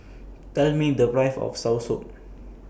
Tell Me The Price of Soursop